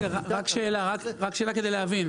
רק שאלה כדי להבין.